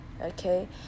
Okay